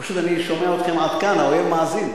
פשוט, אני שומע אתכם עד כאן, האויב מאזין.